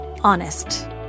honest